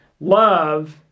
love